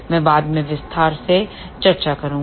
मैं बाद में विस्तार से चर्चा करूंगा